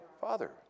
Father